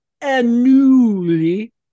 annually